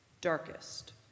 darkest